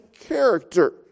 character